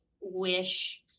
wish